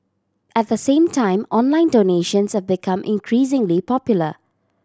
at the same time online donations have become increasingly popular